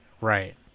right